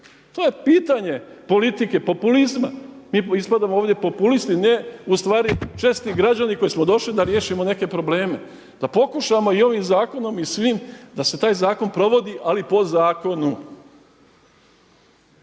To je pitanje politike populizma. Mi ispadamo ovdje populisti. Ne, ustvari česti građani koji smo došli da riješimo neke probleme. Da pokušamo i ovim zakonom i svim da se taj zakon provodi ali po zakonu.